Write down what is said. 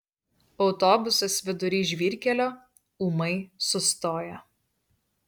autobusas vidury žvyrkelio ūmai sustoja